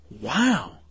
Wow